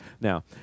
Now